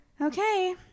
okay